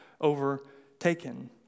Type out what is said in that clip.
overtaken